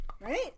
right